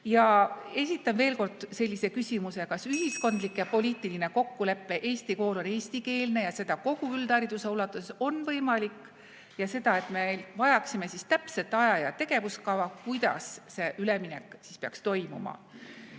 Ja esitan veel kord sellise küsimuse, kas ühiskondlik ja poliitiline kokkulepe "Eesti kool on eestikeelne ja seda kogu üldhariduse ulatuses" on võimalik. Me vajaksime täpset aja- ja tegevuskava, kuidas see üleminek peaks toimuma.